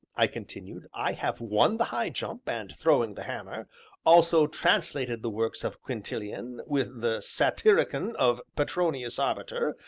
i continued, i have won the high jump, and throwing the hammer also translated the works of quintilian, with the satyricon of petronius arbiter,